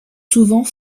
souvent